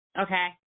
Okay